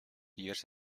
hears